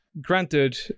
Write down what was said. Granted